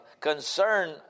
concern